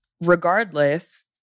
regardless